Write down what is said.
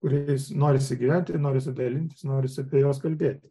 kuriais norisi gyventi ir norisi dalintis norisi apie juos kalbėti